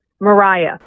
Mariah